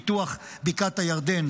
פיתוח בקעת הירדן.